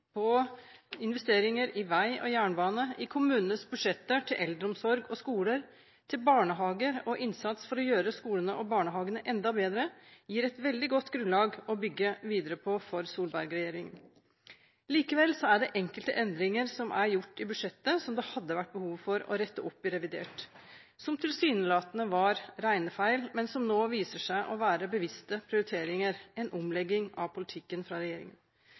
på investeringer i vei og jernbane, på kommunenes budsjetter til eldreomsorg og skole, på barnehager og innsats for å gjøre skolene og barnehagene enda bedre, gir et veldig godt grunnlag å bygge videre på for Solberg-regjeringen. Likevel er det enkelte endringer som er gjort i budsjettet, som det hadde vært behov for å rette opp i revidert, som tilsynelatende var regnefeil, men som nå viser seg å være bevisste prioriteringer – en omlegging av politikken fra regjeringen.